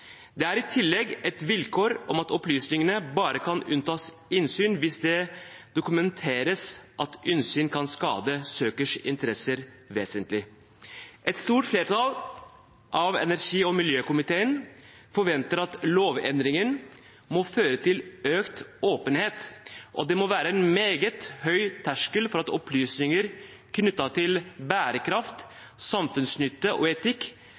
Det er i tillegg et vilkår at opplysningene bare kan unntas innsyn hvis det dokumenteres at innsyn kan skade søkers interesser vesentlig. Et stort flertall i energi- og miljøkomiteen forventer at lovendringen må føre til økt åpenhet, og det må være en meget høy terskel for at opplysninger knyttet til bærekraft, samfunnsnytte og etikk